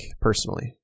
personally